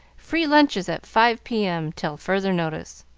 free lunches at five p m. till further notice.